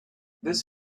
this